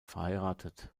verheiratet